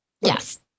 Yes